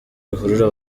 ruhurura